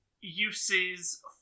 uses